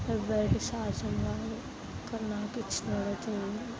ఎవరికి సాధ్యం కాదు కానీ నాకు ఇచ్చినాడు దేవుడు